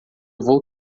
vou